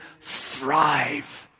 thrive